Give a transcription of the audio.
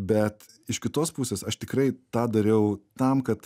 bet iš kitos pusės aš tikrai tą dariau tam kad